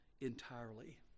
entirely